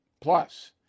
Plus